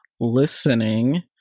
listening